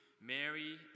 Mary